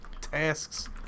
tasks